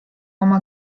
oma